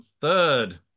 third